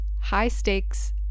high-stakes